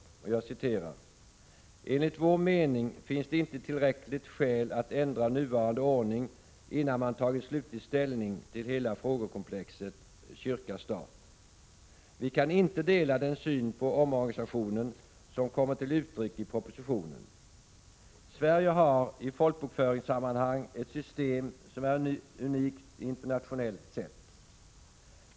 I motionen står det: ”Enligt vår mening finns det inte tillräckliga skäl att ändra nuvarande ordning innan man tagit slutlig ställning till hela frågekomplexet kyrka—stat. Vi kan inte dela den syn på omorganisationen som kommer till uttryck i propositionen. Sverige har i folkbokföringssammanhang ett system som är unikt internationellt sett.